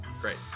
Great